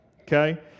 okay